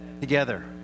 Together